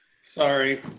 Sorry